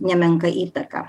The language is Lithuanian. nemenką įtaką